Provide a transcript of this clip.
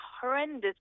horrendous